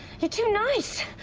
you're too nice!